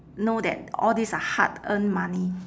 know that all these are hard earned money